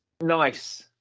nice